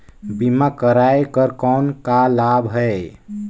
बीमा कराय कर कौन का लाभ है?